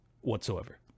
whatsoever